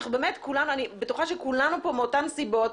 אני בטוחה שכולנו פה מאותן סיבות,